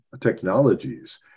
technologies